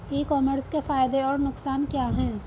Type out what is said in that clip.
ई commerce के फायदे और नुकसान क्या हैं?